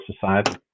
society